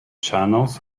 channels